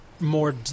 More